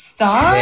Stop